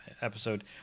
episode